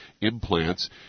implants